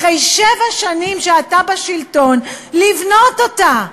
אחרי שבע שנים שאתה בשלטון, לבנות אותה.